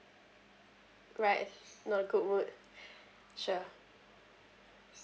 right not good mood sure